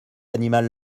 animal